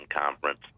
Conference